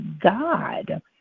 God